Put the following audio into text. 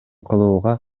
кылууга